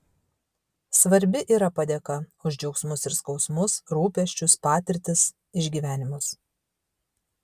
svarbi yra padėka už džiaugsmus ir skausmus rūpesčius patirtis išgyvenimus